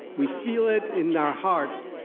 we feel it in our hearts,